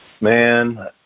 Man